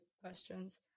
questions